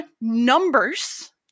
numbers